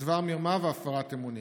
בדבר מרמה והפרת אמונים.